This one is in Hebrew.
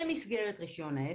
במסגרת רישיון העסק,